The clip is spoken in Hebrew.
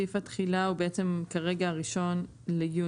סעיף התחילה הוא בעצם כרגע ה-1 ביוני.